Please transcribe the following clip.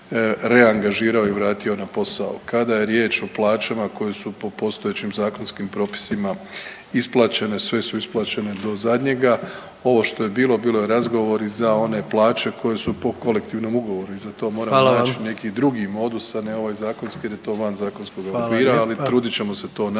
reangažirao i vratio na posao. Kada je riječ o plaćama koje su po postojećim zakonskim propisima isplaćene, sve su isplaćene do zadnjega. Ovo što je bilo, bilo je razgovori za one plaće koje su po kolektivnom ugovoru i za to moram naći neki drugi modus … …/Upadica predsjednik: Hvala vam./… … a ne ovaj zakonski jer je to van zakonskog okvira. Ali trudit ćemo se to naći, tj.